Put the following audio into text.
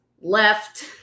left